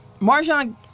Marjan